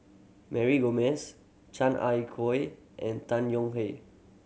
Mary Gomes Chan Ah and Tan Yong Hye